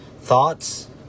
thoughts